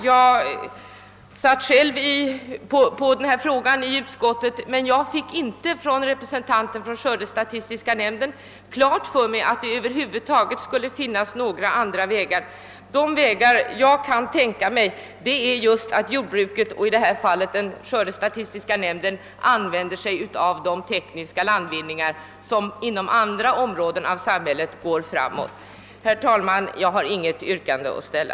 Jag var själv med vid behandlingen av denna fråga vid utskottet, men jag fick inte från representanten för skördestatistiska nämnden klart för mig att det skulle finnas några andra vägar. De vägar jag kan tänka mig är att skördestatistiska nämnden använder sig av de tekniska landvinningar som inom andra områden av samhället används med framgång. Herr talman! Jag har inget yrkande att ställa.